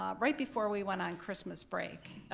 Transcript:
um right before we went on christmas break.